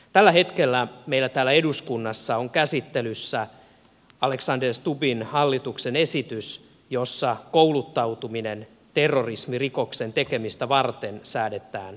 tällä hetkellä meillä täällä eduskunnassa on käsittelyssä alexander stubbin hallituksen esitys jossa kouluttautuminen terrorismirikoksen tekemistä varten säädetään rangaistavaksi